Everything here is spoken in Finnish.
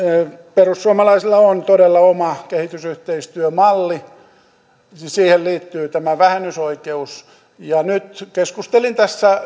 perussuomalaisilla on todella oma kehitysyhteistyömalli ja siihen liittyy tämä vähennysoikeus keskustelin